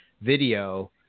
video